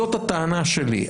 זאת הטענה שלי,